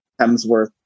hemsworth